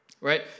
right